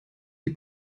die